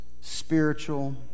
spiritual